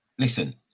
Listen